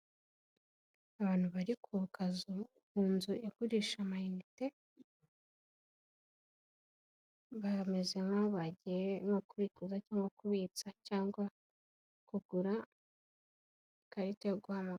Abantu bari kukazu mu inzu igurisha amayinite, abayobozi noneho bagiye nko kubikuza cyangwa kubitsa cyangwa kugura ikarita yo guha....